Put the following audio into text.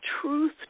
truth